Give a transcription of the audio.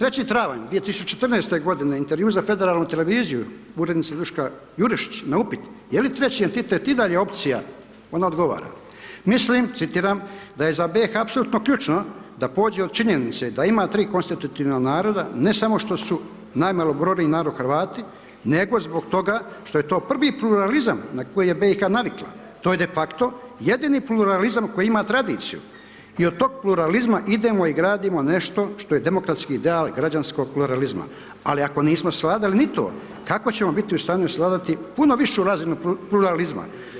3. travanj 2014.-te godine intervju za Federalnu televiziju, urednica Duška Jurišić na upit je li treći entitet i dalje opcija, ona odgovora, mislim, citiram, da je za BiH apsolutno ključno da pođe od činjenice da ima 3 konstitutivna naroda, ne samo što su najmalobrojniji narod Hrvati, nego zbog toga što je to prvi pluralizam na koji je BiH navikla, to je defakto jedini pluralizam koji ima tradiciju i od toga pluralizma idemo i gradimo nešto što je demokratski ideal građanskog pluralizma, ali ako nismo svladali ni to, kako ćemo biti u stanju svladati puno višu razinu pluralizma.